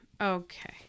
Okay